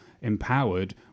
empowered